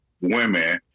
women